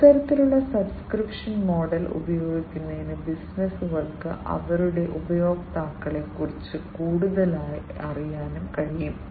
ഇത്തരത്തിലുള്ള subscription model ഉപയോഗിക്കുന്നതിന് ബിസിനസുകൾക്ക് അവരുടെ ഉപഭോക്താക്കളെ കുറിച്ച് കൂടുതലറിയാനും കഴിയും